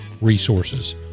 resources